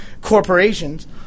corporations